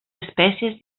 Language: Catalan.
espècies